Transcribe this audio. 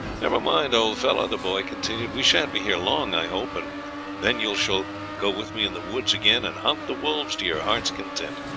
never mind, old fellow, the boy continued, we sha'n't be here long, i hope, and then you shall go with me in the woods again and hunt the wolves to your heart's content.